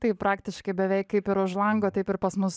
tai praktiškai beveik kaip ir už lango taip ir pas mus